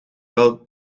wel